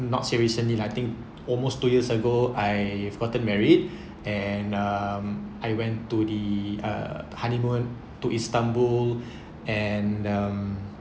not say recently I think almost two years ago I have gotten married and um I went to the uh honeymoon to istanbul and um